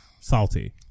salty